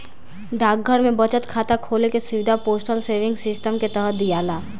डाकघर में बचत खाता खोले के सुविधा पोस्टल सेविंग सिस्टम के तहत दियाला